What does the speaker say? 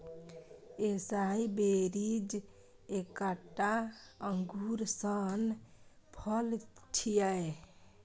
एसाई berries एकटा अंगूर सन फल छियै